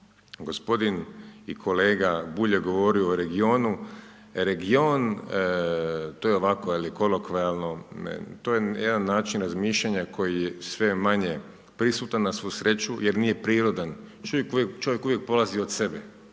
Gospodin i kolega Bulj je govorio o regionu, region to je ovako je li kolokvijalno, to je jedan način razmišljanja koji je sve manje prisutan na svu sreću jer nije prirodan. Čovjek uvijek polazi od sebe